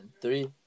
three